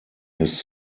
his